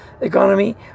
economy